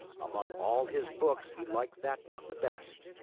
among all his books, he liked that one the best.